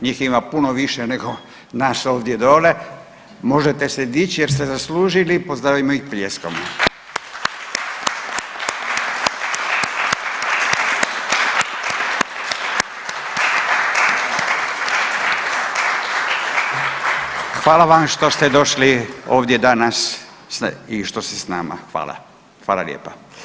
Njih ima puno više nego nas ovdje dole, možete se dić jer ste zaslužili, pozdravimo ih pljeskom … Hvala vam što ste došli ovdje danas i što ste s nama, hvala, hvala lijepa.